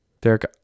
Derek